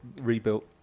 rebuilt